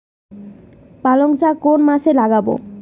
পালংশাক কোন মাসে লাগাব?